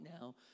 now